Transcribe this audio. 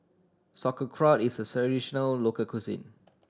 sauerkraut is a local cuisine